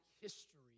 history